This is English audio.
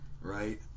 right